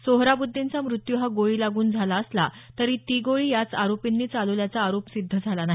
सोहराबुद्दीनचा मृत्यू हा गोळी लागून झाला असला तरी मात्र ती गोळी चालवल्याचा आरोप सिद्ध झाला नाही